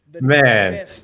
Man